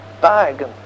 bag